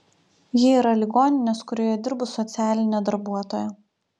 ji yra ligoninės kurioje dirbu socialinė darbuotoja